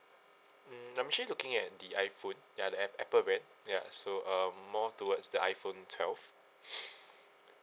mm I'm actually looking at the iphone ya the ap~ apple brand ya so uh more towards the iphone twelve